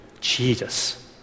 Jesus